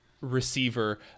receiver